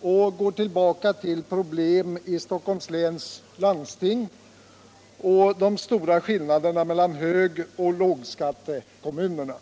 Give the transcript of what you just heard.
och går tillbaka till problem i Stockholms 20 maj 1976 läns landsting och de stora skillnaderna mellan hög och lågskattekom = munerna.